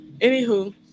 Anywho